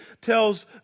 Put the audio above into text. tells